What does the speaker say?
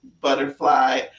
butterfly